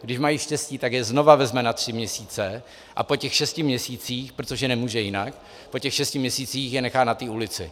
Když mají štěstí, tak je znovu vezme na tři měsíce a po těch šesti měsících, protože nemůže jinak, po těch šesti měsících je nechá na ulici.